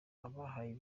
abahaye